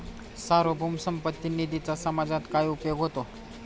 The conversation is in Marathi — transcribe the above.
सार्वभौम संपत्ती निधीचा समाजात काय उपयोग होतो?